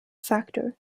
factor